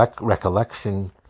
recollection